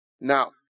Now